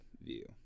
View